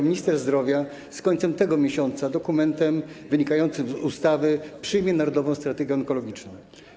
Minister zdrowia dopiero pod koniec tego miesiąca dokumentem wynikającym z ustawy przyjmie Narodową Strategię Onkologiczną.